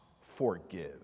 forgive